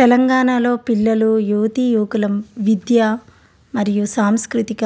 తెలంగాణలో పిల్లలు యువతియుకులం విద్య మరియు సాంస్కృతిక